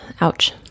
Ouch